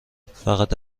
فقط